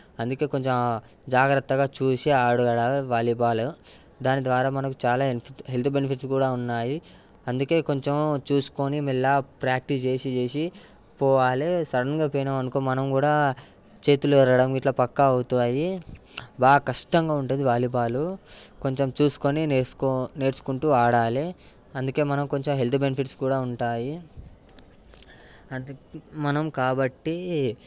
అందుకే కొంచెం జాగ్రత్తగా చూసి ఆడుకోవాలి వాలీబాల్ దాని ద్వారా మనకు చాలా హెల్త్ బెనిఫిట్స్ కూడా ఉన్నాయి అందుకే కొంచెం చూసుకొని మెల్లగా ప్రాక్టీస్ చేసి చేసి పోవాలి సడన్గా పోయినాము అనుకో మనం కూడా చేతులు విరగటం ఎలా పట్క అవుతాయి బాగా కష్టంగా ఉంటుంది వాలీబాల్ కొంచెం చూసుకొని నేర్చుకుం నేర్చుకుంటూ ఆడాలి అందుకే మనం కొంచెం హెల్త్ బెనిఫిట్స్ కూడా ఉంటాయి అంటే మనం కాబట్టి